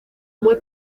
muy